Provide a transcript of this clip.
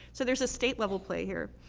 so there's a state-level play here.